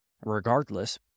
regardless